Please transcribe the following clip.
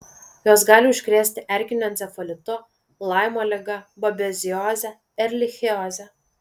jos gali užkrėsti erkiniu encefalitu laimo liga babezioze erlichioze